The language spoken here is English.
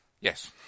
Yes